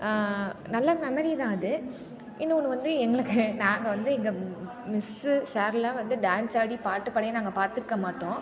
நல்ல மெமரி தான் அது இன்னொன்று வந்து எங்களுக்கு நாங்கள் வந்து எங்கள் மிஸ்ஸு சார்லாம் வந்து டான்ஸ் ஆடி பாட்டு பாடியே நாங்கள் பார்த்திருக்க மாட்டோம்